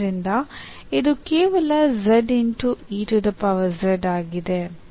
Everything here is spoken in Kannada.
ಆದ್ದರಿಂದ ಇದು ಕೇವಲ ಆಗಿದೆ